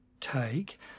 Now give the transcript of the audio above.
take